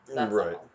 Right